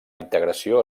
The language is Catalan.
integració